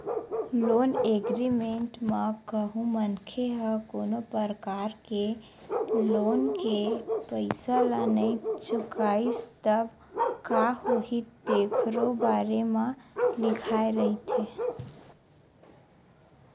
loan agreement म कहूँ मनखे ह कोनो परकार ले लोन के पइसा ल नइ चुकाइस तब का होही तेखरो बारे म लिखाए रहिथे